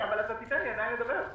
אבל עדיין תיתן לי לדבר.